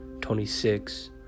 twenty-six